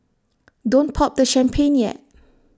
don't pop the champagne yet